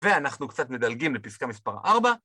ואנחנו קצת מדלגים לפסקה מספר ארבע.